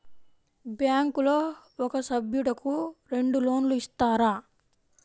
బ్యాంకులో ఒక సభ్యుడకు రెండు లోన్లు ఇస్తారా?